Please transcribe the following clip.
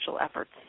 efforts